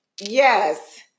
Yes